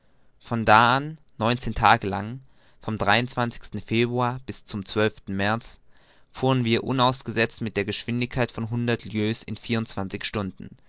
von da an neunzehn tage lang vom februar bis zum zwölften märz fuhren wir unausgesetzt mit der geschwindigkeit von hundert lieues in vierundzwanzig stunden